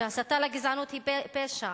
שהסתה לגזענות היא פשע